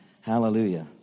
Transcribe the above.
Hallelujah